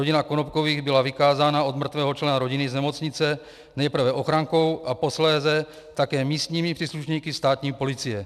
Rodina Konopkových byla vykázána od mrtvého člena rodiny z nemocnice nejprve ochrankou a posléze také místními příslušníky státní policie.